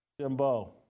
Jimbo